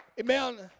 Amen